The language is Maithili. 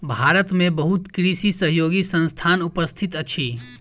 भारत में बहुत कृषि सहयोगी संस्थान उपस्थित अछि